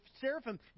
seraphim